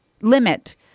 limit